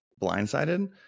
blindsided